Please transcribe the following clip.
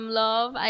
love